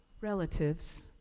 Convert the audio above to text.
relatives